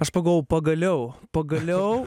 aš pagalvojau pagaliau pagaliau